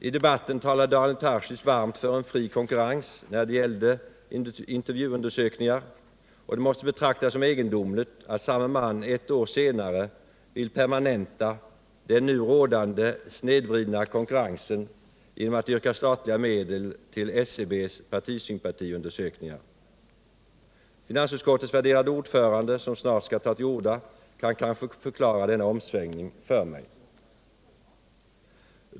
I debatten talade Daniel Tarschys varmt för en fri konkurrens när det gällde intervjuundersökningar, och det måste betraktas som egendomligt att samme man ett år senare vill permanenta den nu rådande snedvridna konkurrensen genom att yrka på statliga medel till SCB:s partisympatiundersökningar. Finansutskottets värderade ordförande, som snart skall ta till orda, kan kanske förklara denna omsvängning för mig.